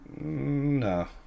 No